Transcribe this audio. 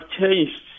changed